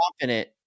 confident